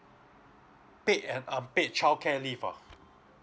paid and unpaid childcare leave ah